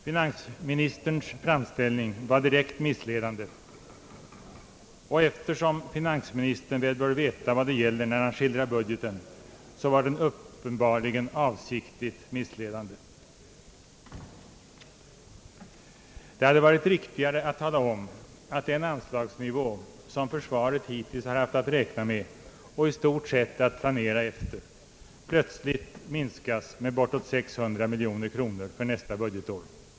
Finansministerns framställning var direkt missledande, och eftersom finansministern väl bör veta vad det gäller när han skildrar budgeten var den uppenbarligen avsiktligt missledande. Det hade varit riktigare att tala om, att den anslagsnivå, som försvaret hittills har haft att räkna med och i stort sett att planera efter, plötsligt minskas med bortåt 600 miljoner kronor för nästa budgetår.